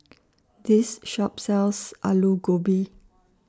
This Shop sells Alu Gobi